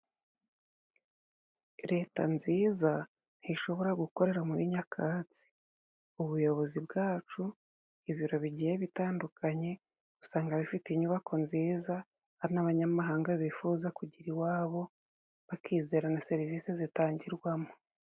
Leta nziza ntishobora gukorera muri nyakatsi, ubuyobozi bwacu, ibiro bigiye bitandukanye usanga bifite inyubako nziza ari n'abanyamahanga bifuza kugira iwabo, bakizera na serivisi zitangirwamo.